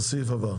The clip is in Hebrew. הסעיף עבר.